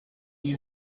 you